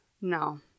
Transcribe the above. No